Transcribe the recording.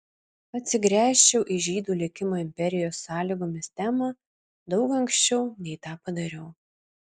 atsigręžčiau į žydų likimo imperijos sąlygomis temą daug anksčiau nei tą padariau